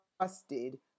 trusted